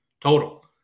total